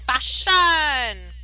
Fashion